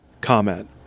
comment